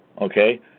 Okay